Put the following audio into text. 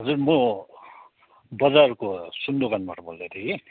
हजुर म बजारको सुन दोकानबाट बोल्दैथेँ कि